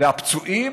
והפצועים?